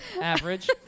Average